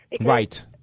Right